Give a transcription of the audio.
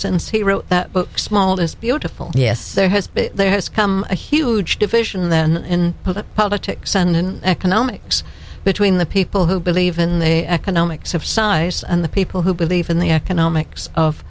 since he wrote that book small is beautiful yes there has been there has come a huge division then in politics and in economics between the people who believe in the economics of size and the people who believe in the economics of